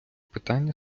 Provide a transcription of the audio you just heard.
питання